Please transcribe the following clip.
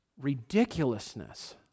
ridiculousness